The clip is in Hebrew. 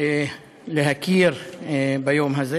להכיר ביום הזה.